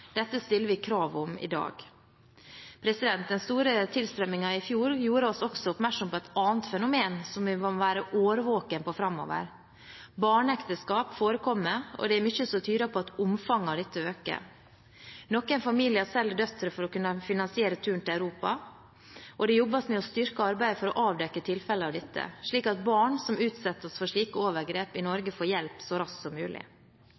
Dette stiller vi krav om i dag. Den store tilstrømningen i fjor gjorde oss også oppmerksom på et annet fenomen som vi må være årvåkne på framover. Barneekteskap forekommer, og det er mye som tyder på at omfanget av dette øker. Noen familier selger døtre for å kunne finansiere turen til Europa. Det jobbes med å styrke arbeidet for å avdekke tilfeller av dette, slik at barn som utsettes for slike overgrep i Norge, får hjelp så raskt som mulig.